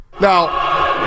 Now